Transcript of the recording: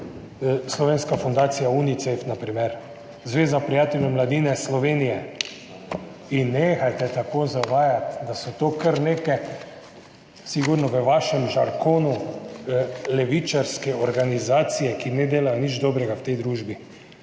Slovenska fundacija Unicef, na primer, Zveza prijateljev mladine Slovenije. Nehajte tako zavajati, da so to kar neke, sigurno v vašem žargonu, levičarske organizacije, ki ne delajo nič dobrega v tej družbi.